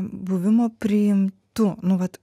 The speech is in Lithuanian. buvimo priimtu nu vat